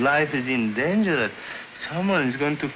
life is in danger that someone is going to